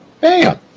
Bam